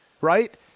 right